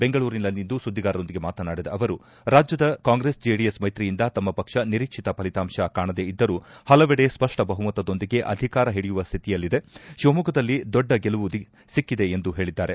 ಬೆಂಗಳೂರಿನಲ್ಲಿಂದು ಸುದ್ದಿಗಾರರೊಂದಿಗೆ ಮಾತನಾಡಿದ ಅವರು ರಾಜ್ಯದ ಕಾಂಗ್ರೆಸ್ ಜೆಡಿಎಸ್ ಮೈತ್ರಿಯಿಂದ ತಮ್ಮ ಪಕ್ಷ ನಿರೀಕ್ಷಿತ ಫಲಿತಾಂತ ಕಾಣದೇ ಇದ್ದರೂ ಹಲವೆಡೆ ಸ್ಪಷ್ಟ ಬಹುಮತದೊಂದಿಗೆ ಅಧಿಕಾರ ಹಿಡಿಯುವ ಸ್ಥಿತಿಯಲ್ಲಿದೆ ಶಿವಮೊಗ್ಗದಲ್ಲಿ ದೊಡ್ಡ ಗೆಲುವು ಸಿಕ್ಕಿದೆ ಎಂದು ಹೇಳಿದ್ದಾರೆ